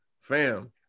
fam